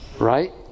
Right